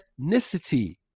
ethnicity